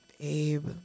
babe